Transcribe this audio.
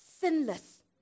sinless